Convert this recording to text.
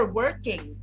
working